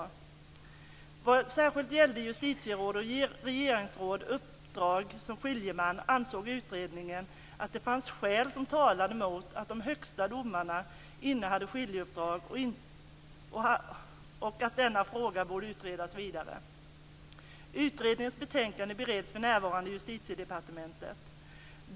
Vad särskilt gällde justitieråds och regeringsråds uppdrag som skiljeman ansåg utredningen att det fanns skäl som talade mot att de högsta domarna innehade skiljeuppdrag och att denna fråga borde utredas vidare. Utredningens betänkande bereds för närvarande i Justitiedepartementet.